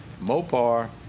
Mopar